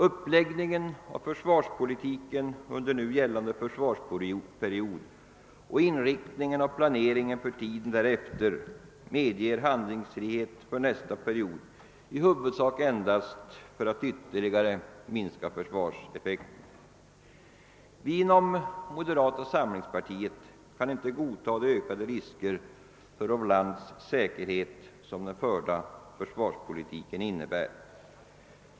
Uppläggningen av försvarspolitiken under nu gällande försvarsperiod och inriktningen av plane ringen för tiden därefter medger handlingsfrihet för nästa period i huvudsak endast för att ytterligare minska försvarseffekten. Vi inom moderata samlingspartiet kan inte godtaga de ökade risker för vårt lands säkerhet som den förda försvarspolitiken innebär.